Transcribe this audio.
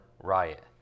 riot